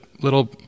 little